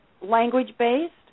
language-based